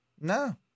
No